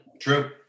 True